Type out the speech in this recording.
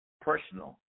personal